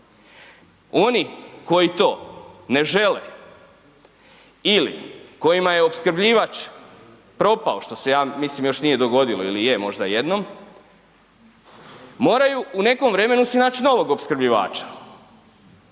Oni koji to ne žele ili kojima je opskrbljivač propao, što se ja mislim još nije dogodilo ili je možda jednom, moraju u nekom vremenu si nać novog opskrbljivača.